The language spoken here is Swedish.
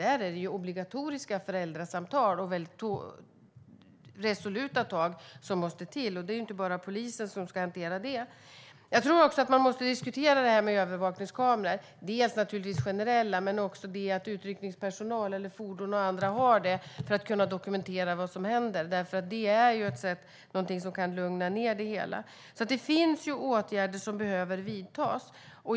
Det är inte bara polisen som ska hantera detta. Jag tror också att man måste diskutera detta med övervakningskameror, dels generellt, dels att utryckningspersonal och utryckningsfordon kan ha kameror för att dokumentera vad som händer. Det är ju något som kan lugna ned det hela. Det finns åtgärder som behöver vidtas.